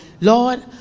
Lord